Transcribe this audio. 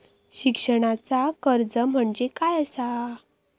शिक्षणाचा कर्ज म्हणजे काय असा?